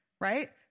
Right